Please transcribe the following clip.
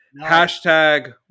hashtag